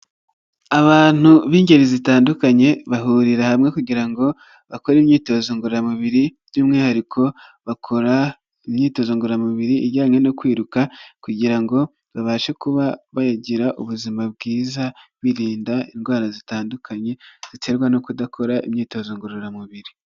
Abantu b'ingeri zitandukanye bahurira hamwe kugira ngo bakore imyitozo ngororamubiri by'umwihariko, bakora imyitozo ngororamubiri ijyanye no kwiruka kugira ngo babashe kuba bagira ubuzima bwiza birinda indwara zitandukanye, ziterwa no kudakora imyitozo ngororamubiri.